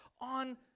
on